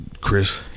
Chris